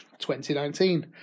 2019